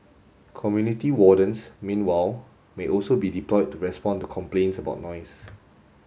community wardens meanwhile may also be deployed to respond to complaints about noise